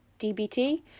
DBT